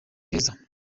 keza